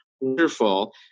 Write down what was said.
wonderful